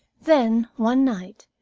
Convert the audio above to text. then, one night,